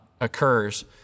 occurs